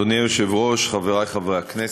סגן יו"ר הכנסת